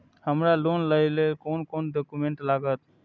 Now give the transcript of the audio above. हमरा लोन लाइले कोन कोन डॉक्यूमेंट लागत?